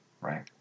right